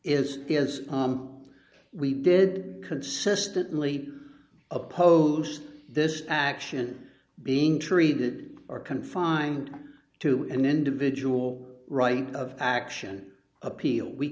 is we did consistently opposed this action being treated or confined to an individual right of action appeal we